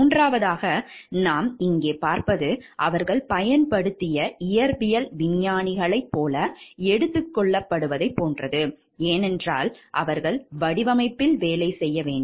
மூன்றாவதாக நாம் இங்கே பார்ப்பது அவர்கள் பயன்படுத்திய இயற்பியல் விஞ்ஞானிகளைப் போல எடுத்துக் கொள்ளப்படுவதைப் போன்றது ஏனென்றால் அவர்கள் வடிவமைப்பில் வேலை செய்ய வேண்டும்